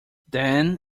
then